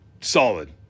solid